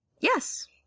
yes